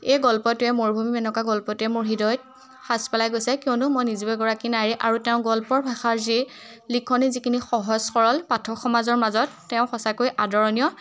এই গল্পটোৱে মৰুভূমিত মেনকা গল্পটোৱে মোৰ হৃদয়ত সাঁচ পেলাই গৈছে কিয়নো মই নিজেও এগৰাকী নাৰী আৰু তেওঁ গল্পৰ ভাষাৰ যি লিখনি যিখিনি সহজ সৰল পাঠক সমাজৰ মাজত তেওঁ সঁচাকৈ আদৰণীয়